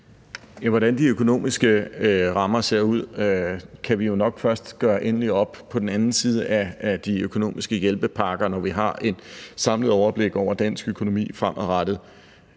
Hvordan de økonomiske rammer ser ud, kan jo nok først gøres endeligt op på den anden side af de økonomiske hjælpepakker, når vi har et samlet overblik over dansk økonomi fremadrettet.